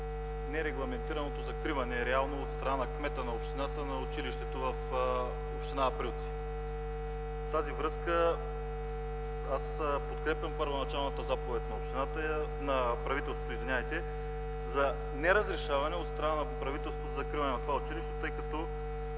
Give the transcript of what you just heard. нерегламентираното закриване реално от страна на кмета на общината на училището в община Априлци. В тази връзка аз подкрепям първоначалната заповед на правителството за неразрешаване от страна на правителството закриването на това училище, тъй като